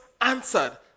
answered